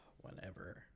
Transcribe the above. Whenever